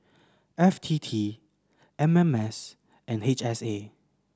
F T T M M S and H S A